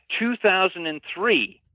2003